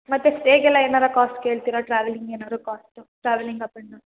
ಮತ್ತೆ ಸ್ಟೇಗೆಲ್ಲ ಏನಾರು ಕಾಸ್ಟ್ ಕೇಳ್ತೀರಾ ಟ್ರಾವೆಲ್ಲಿಂಗ್ ಏನಾರು cost travelling up and down